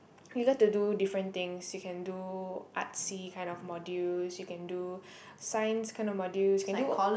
you get to do different things you can do artsy kind of modules you can do science kind of modules you can do